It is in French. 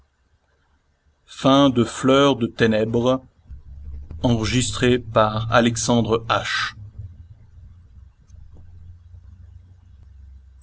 cherchait fleurs de ténèbres